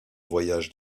voyages